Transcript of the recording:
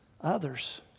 Others